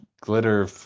glitter